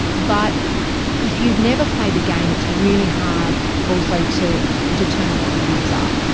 but if you've never played the game, it's really hard also to determine what the rules are.